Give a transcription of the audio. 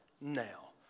now